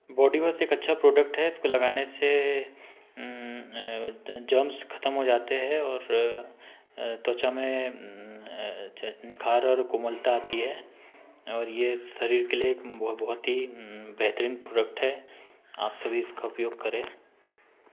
body एक अच्छा product है इसको लगाने से जम्स ख़तम हो जाते हैं और त्वचा में निखार और कोमलता आती है और ये शरीर के लिए एक बहुत ही बेहतरीन प्रोडक्ट है आप सभी इसका उपयोग करें